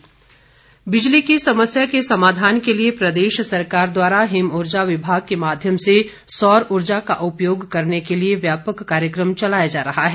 राजेन्द्र गर्ग बिजली की समस्या के समाधान के लिए प्रदेश सरकार द्वारा हिम ऊर्जा विभाग के माध्यम से सौर ऊर्जा का उपयोग करने के लिए व्यापक कार्यक्रम चलाया जा रहा है